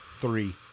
three